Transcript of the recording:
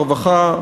הרווחה,